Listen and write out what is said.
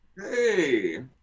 hey